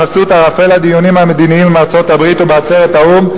בחסות ערפל הדיונים המדיניים עם ארצות-הברית ובעצרת האו"ם,